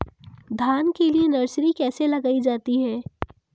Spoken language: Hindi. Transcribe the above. धान के लिए नर्सरी कैसे लगाई जाती है?